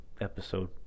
episode